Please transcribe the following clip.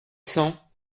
cent